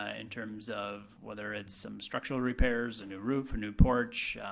ah in terms of whether it's some structural repairs, a new roof, a new porch,